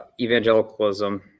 evangelicalism